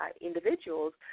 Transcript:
individuals